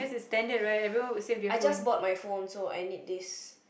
I just bought my phone so I need this